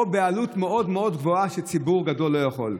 או בעלות מאוד מאוד גבוהה שציבור גדול לא יכול.